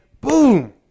boom